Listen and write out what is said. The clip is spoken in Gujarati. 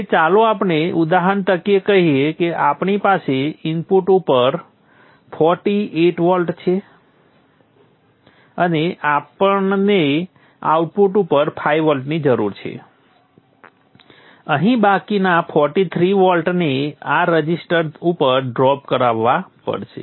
હવે ચાલો આપણે ઉદાહરણ તરીકે કહીએ કે આપણી પાસે ઇનપુટ ઉપર 48 વોલ્ટ છે અને આપણને આઉટપુટ ઉપર 5 વોલ્ટની જરૂર પડે છે અહીં બાકીના 43 વોલ્ટને આ રઝિસ્ટર ઉપર ડ્રોપ કરાવવા પડેશે